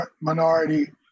minority